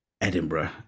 Edinburgh